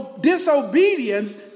disobedience